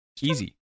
Easy